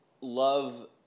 love